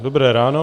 Dobré ráno.